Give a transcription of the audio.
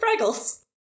Fraggles